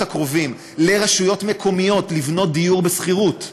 הקרובים לרשויות מקומיות לבנות דיור בשכירות,